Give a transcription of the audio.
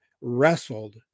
wrestled